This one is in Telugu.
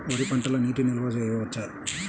వరి పంటలో నీటి నిల్వ చేయవచ్చా?